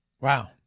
Wow